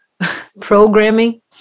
programming